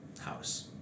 house